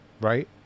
right